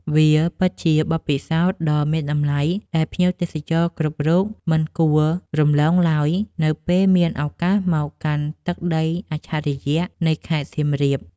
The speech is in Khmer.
វាពិតជាបទពិសោធន៍ដ៏មានតម្លៃដែលភ្ញៀវទេសចរគ្រប់រូបមិនគួររំលងឡើយ នៅពេលមានឱកាសមកកាន់ទឹកដីអច្ឆរិយៈនៃខេត្តសៀមរាប។